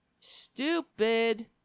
Stupid